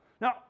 Now